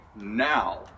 now